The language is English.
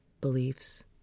beliefs